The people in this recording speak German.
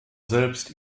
selbst